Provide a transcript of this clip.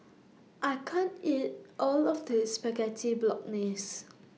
I can't eat All of This Spaghetti Bolognese